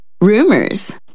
rumors